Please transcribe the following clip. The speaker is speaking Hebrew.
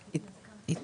השיחה,